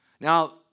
now